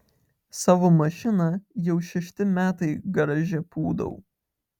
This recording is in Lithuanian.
savo mašiną jau šešti metai garaže pūdau